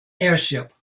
airship